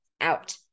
out